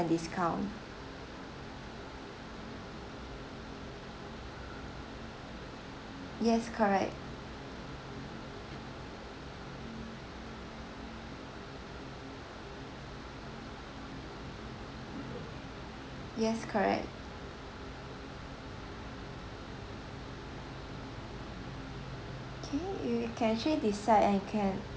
discount yes correct yes correct okay you can actually decide and can